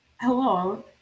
Hello